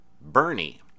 Bernie